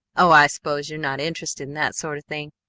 oh, i s'pose you're not interested in that sort of thing,